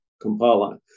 Kampala